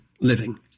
living